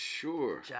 sure